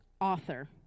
Author